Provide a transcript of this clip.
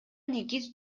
негиз